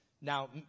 Now